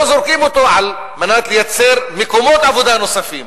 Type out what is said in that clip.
לא זורקים אותו על מנת לייצר מקומות עבודה נוספים.